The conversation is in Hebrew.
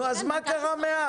נו, אז מה קרה מאז?